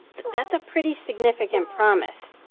that's a pretty significant promise.